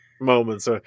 moments